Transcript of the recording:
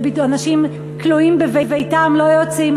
אנשים כלואים בביתם, לא יוצאים.